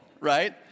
Right